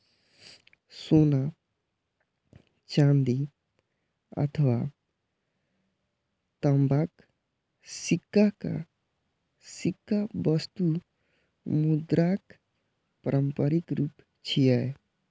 सोना, चांदी अथवा तांबाक सिक्का वस्तु मुद्राक पारंपरिक रूप छियै